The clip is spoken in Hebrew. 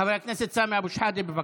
חבר הכנסת סמי אבו שחאדה, בבקשה,